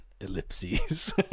Ellipses